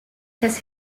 has